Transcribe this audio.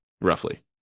roughly